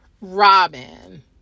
Robin